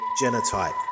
genotype